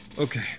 Okay